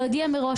להודיע מראש,